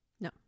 No